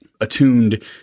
attuned